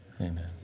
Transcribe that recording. Amen